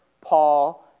Paul